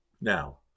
Now